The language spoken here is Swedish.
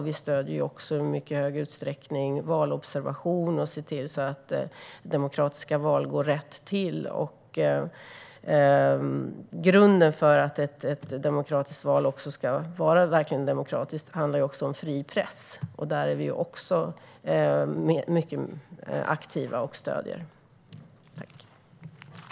Vi stöder i stor utsträckning valobservation och att man ser till att demokratiska val går rätt till. Grunden för att ett demokratiskt val verkligen ska vara demokratiskt handlar också om fri press. Där är vi mycket aktiva och ger vårt stöd.